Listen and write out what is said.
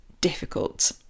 difficult